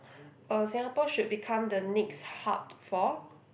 uh Singapore should become the next hub for